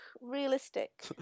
realistic